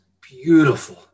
beautiful